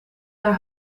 naar